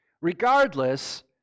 Regardless